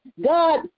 God